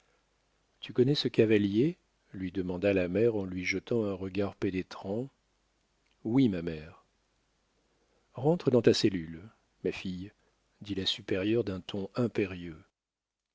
tu connais ce cavalier lui demanda la mère en lui jetant un regard pénétrant oui ma mère rentre dans ta cellule ma fille dit la supérieure d'un ton impérieux